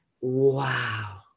wow